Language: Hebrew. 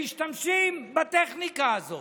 שמשתמשים בטכניקה הזאת.